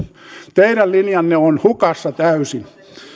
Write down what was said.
teidän linjanne on hukassa täysin